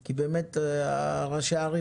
כי באמת אומרים לראשי הערים: